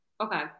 Okay